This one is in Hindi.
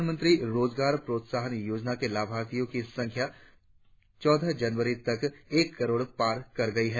प्रधानमंत्री रोजगार प्रोत्साहन योजना के लाभार्थियों की संख्या चौदह जनवरी तक एक करोड़ पार कर गई है